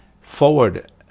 forward